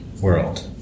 world